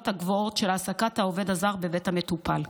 הגבוהות של העסקת העובד הזר בבית המטופל.